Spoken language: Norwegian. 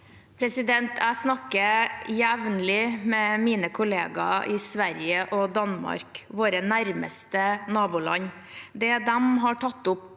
Jeg snakker jevnlig med mine kollegaer i Sverige og Danmark, våre nærmeste naboland. Det de har tatt opp